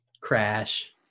crash